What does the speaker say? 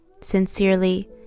Sincerely